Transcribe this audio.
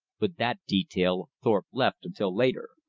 but that detail thorpe left until later.